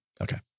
Okay